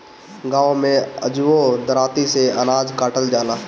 गाँव में अजुओ दराँती से अनाज काटल जाला